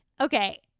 okay